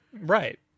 Right